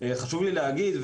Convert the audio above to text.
חשוב לי להגיד,